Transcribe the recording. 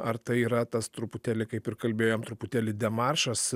ar tai yra tas truputėlį kaip ir kalbėjom truputėlį demaršas